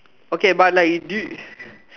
okay but like you do